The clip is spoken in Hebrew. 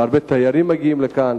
והרבה תיירים מגיעים לכאן,